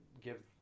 give